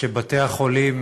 שבתי-החולים